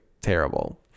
terrible